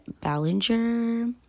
ballinger